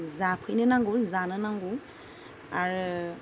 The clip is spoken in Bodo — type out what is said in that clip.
जाफैनो नांगौ जानो नांगौ आरो